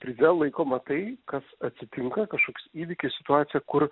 krize laikoma tai kas atsitinka kažkoks įvykis situacija kur